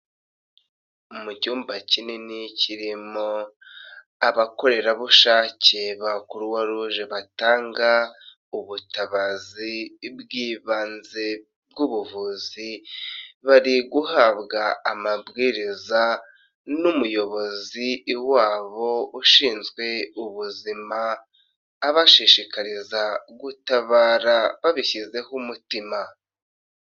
Mu cyumba kinini kirimo abakorerabushake ba croix rouge batanga ubutabazi bw'ibanze bw'ubuvuzi .Bari guhabwa amabwiriza n'umuyobozi wabo ushinzwe ubuzima, abashishikariza gutabara babishyizeho umutima.